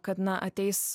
kad na ateis